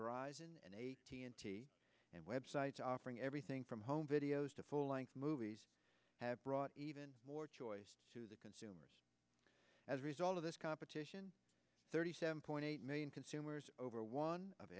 horizon and t n t and web sites offering everything from home videos to full length movies have brought even more choice to the consumers as a result of this competition thirty seven point eight million consumers over one of